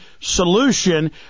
solution